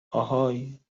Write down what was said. آهای